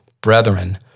brethren